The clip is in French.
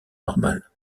normale